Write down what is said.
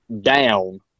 down